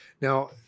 Now